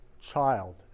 child